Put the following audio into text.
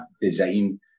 design